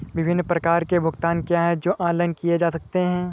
विभिन्न प्रकार के भुगतान क्या हैं जो ऑनलाइन किए जा सकते हैं?